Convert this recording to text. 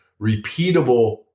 repeatable